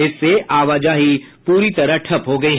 इससे आवाजाही पूरी तरह ठप्प हो गयी है